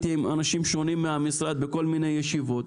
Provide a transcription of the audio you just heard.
עם אנשים שונים מן המשרד בכל מיני ישיבות.